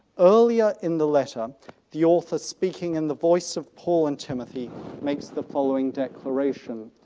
earlier in the letter the author speaking in the voice of paul and timothy makes the following declaration.